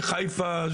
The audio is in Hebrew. מחיפה.